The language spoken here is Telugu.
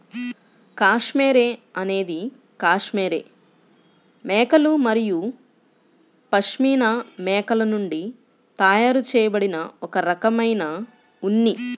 కష్మెరె అనేది కష్మెరె మేకలు మరియు పష్మినా మేకల నుండి తయారు చేయబడిన ఒక రకమైన ఉన్ని